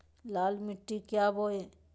लाल मिट्टी क्या बोए?